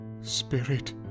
Spirit